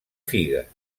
figues